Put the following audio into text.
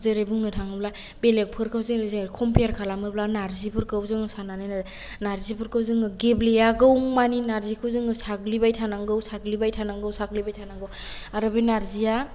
जेरै बुंनो थाङोब्ला बेलेख फोरखौ जेरै खमफेयार खालामोब्ला नार्जिफोरखौ जों साननानै नाय नारजिफोरखौ जोङो गेब्लेयागौ मानि नारजिखौ जोङो साग्लिबाय थानांगौ साग्लिबाय थानांगौ आरो बे नार्जिया